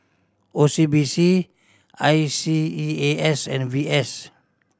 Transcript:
O C B C I C E A S and V S